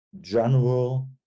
general